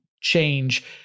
change